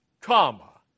comma